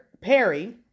Perry